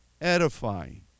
edifying